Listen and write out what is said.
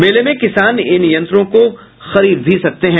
मेले में किसान इन यंत्रों को खरीद भी सकते हैं